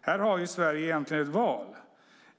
Här har Sverige egentligen ett val.